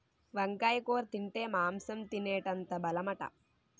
వంకాయ కూర తింటే మాంసం తినేటంత బలమట